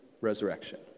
resurrection